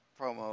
promo